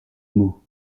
mots